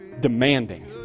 demanding